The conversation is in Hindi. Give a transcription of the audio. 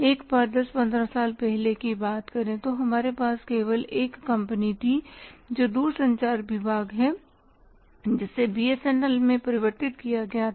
एक बार 10 15 साल पहले की बात करें तो हमारे पास केवल एक कंपनी थी जो दूरसंचार विभाग है जिसे बीएसएनएल में परिवर्तित किया गया था